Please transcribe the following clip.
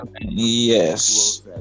Yes